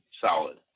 solid